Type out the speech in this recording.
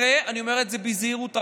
שכנראה, אני אומר את זה בזהירות רבה,